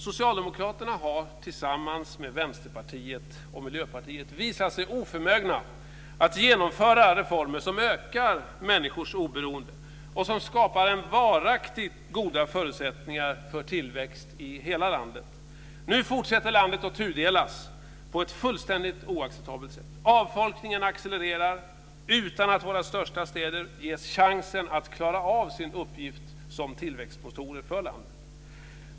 Socialdemokraterna har alltså tillsammans med Vänsterpartiet och Miljöpartiet visat sig oförmögna att genomföra reformer som ökar människors oberoende och som skapar varaktigt goda förutsättningar för tillväxt i hela landet. Nu fortsätter landet att tudelas på ett fullständigt oacceptabelt sätt. Avfolkningen accelererar utan att våra största städer ges chansen att klara av sin uppgift som tillväxtmotorer för landet.